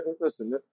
listen